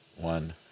One